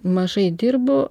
mažai dirbu